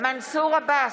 מנסור עבאס,